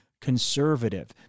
conservative